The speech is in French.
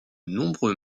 nombreux